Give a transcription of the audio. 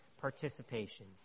participation